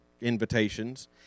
invitations